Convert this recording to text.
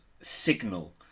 signal